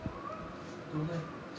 对不对